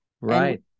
Right